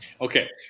Okay